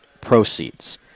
proceeds